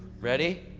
ready?